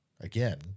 again